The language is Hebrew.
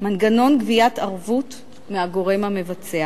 מנגנון גביית ערבות מהגורם המבצע.